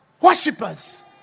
Worshippers